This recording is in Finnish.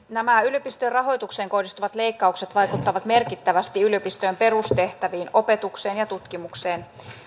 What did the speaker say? nämä yliopistojen rahoitukseen kohdistuvat leikkaukset vaikuttavat merkittävästi yliopistojen perustehtäviin opetukseen ja tutkimukseen